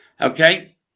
Okay